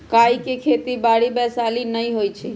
काइ के खेति बाड़ी वैशाली में नऽ होइ छइ